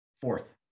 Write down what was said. fourth